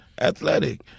athletic